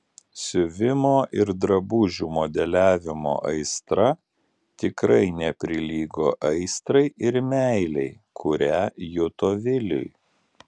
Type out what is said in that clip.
siuvimo ir drabužių modeliavimo aistra tikrai neprilygo aistrai ir meilei kurią juto viliui